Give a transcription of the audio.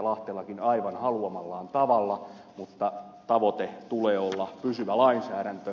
lahtelakin aivan haluamallaan tavalla mutta tavoitteen tulee olla pysyvä lainsäädäntö